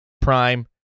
Prime